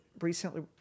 recently